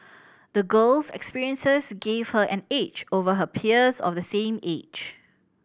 the girl's experiences gave her an edge over her peers of the same age